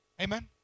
Amen